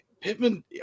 Pittman